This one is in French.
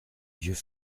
vieux